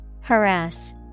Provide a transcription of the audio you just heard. Harass